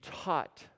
taught